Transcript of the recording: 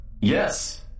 Yes